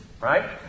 right